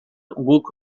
guk